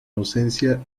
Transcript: ausencia